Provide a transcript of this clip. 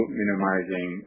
minimizing